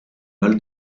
mal